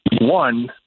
one